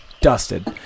Dusted